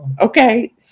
Okay